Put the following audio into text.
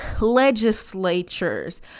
legislatures